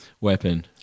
weapon